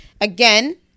Again